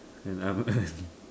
and I'm